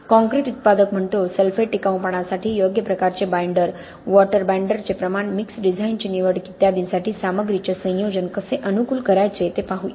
concrete उत्पादक म्हणतो sulphate टिकाऊपणासाठी योग्य प्रकारचे बाईंडर वॉटर बाइंडरचे प्रमाण मिक्स डिझाइनची निवड इत्यादीसाठी सामग्रीचे संयोजन कसे अनुकूल करायचे ते पाहू या